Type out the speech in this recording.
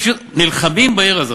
פשוט נלחמים בעיר הזאת.